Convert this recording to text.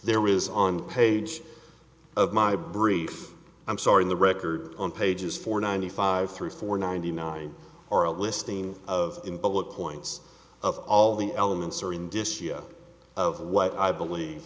there is on page of my brief i'm sorry the record on pages four ninety five through four ninety nine or a listing of in public points of all the elements are indicia of what i believe